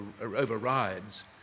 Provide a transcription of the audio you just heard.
overrides